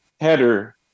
header